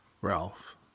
Ralph